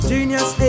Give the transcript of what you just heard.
Genius